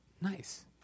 nice